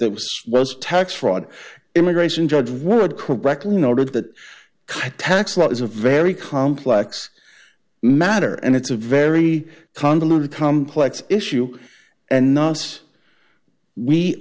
was tax fraud immigration judge word correctly noted that tax law is a very complex matter and it's a very convoluted complex issue and not we